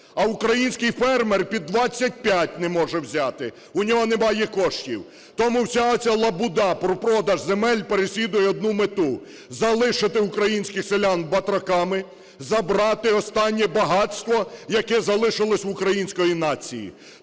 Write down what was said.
а український фермер під 25 не може взяти. У нього немає коштів. Тому вся оця "лабуда" про продаж земель переслідує одну мету: залишити українських селян батраками, забрати останнє багатство, яке залишилося в української нації.